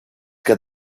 que